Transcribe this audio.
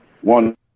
One